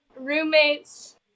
Roommates